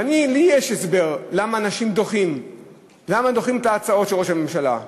ולי יש הסבר למה דוחים את ההצעות של ראש הממשלה.